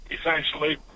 essentially